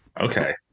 Okay